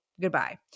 Goodbye